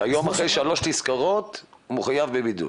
כיום אחרי שלוש תזכורות הוא מחויב בבידוד,